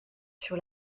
sur